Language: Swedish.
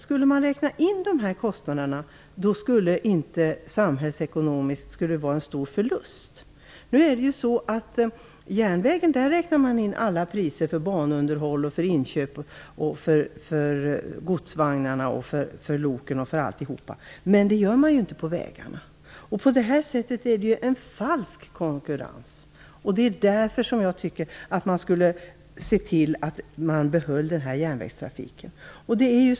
Skulle man räkna in dessa kostnader skulle det vara en stor samhällsekonomisk förlust. I järnvägens kostnader räknar man in alla priser för banunderhåll, inköp av godsvagnar och lok osv. Men det gör man inte när det gäller vägarna. På detta sätt blir den en falsk konkurrens. Det är därför som jag tycker att den här järnvägstrafiken skall behållas.